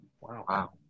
Wow